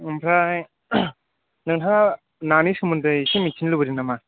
ओमफ्राय नोंथाङा नानि सोमोन्दै एसे मिन्थिनो लुबैदों नामा